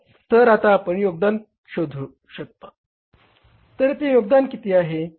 तर आता आपण योगदान शोधू शकता तर येथे योगदान किती आहे